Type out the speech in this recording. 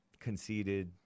conceded